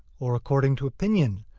or according to opinion,